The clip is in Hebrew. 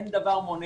אין דבר מונע.